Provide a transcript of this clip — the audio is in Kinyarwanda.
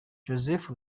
joseph